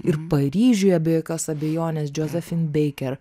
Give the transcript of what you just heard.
ir paryžiuje be jokios abejonės džozefin beiker